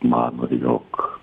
mano jog